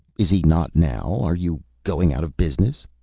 is he not now? are you going out of business?